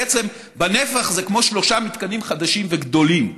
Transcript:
בעצם, בנפח זה כמו שלושה מתקנים חדשים וגדולים.